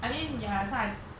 I mean ya so I